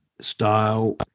style